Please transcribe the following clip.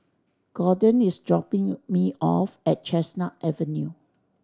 Gordon is dropping me off at Chestnut Avenue